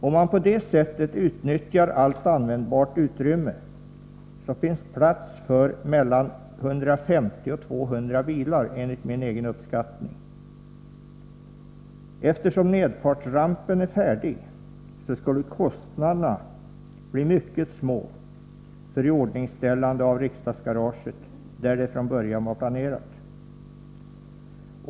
Om man på det sättet utnyttjar allt användbart utrymme finns det plats för mellan 150 och 200 bilar, enligt min egen uppskattning. Eftersom nedfartsrampen är färdig skulle kostnaderna bli mycket små för iordningställande av riksdagsgaraget där det från början var planerat.